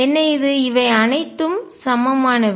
என்ன இதுஇவை அனைத்தும் சமமானவை